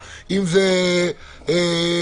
אם זה רשות שדות התעופה,